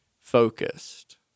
focused